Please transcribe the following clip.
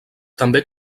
també